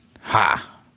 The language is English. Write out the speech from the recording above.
Ha